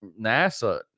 NASA